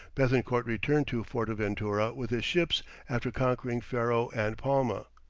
bethencourt returned to fortaventura with his ships after conquering ferro and palma.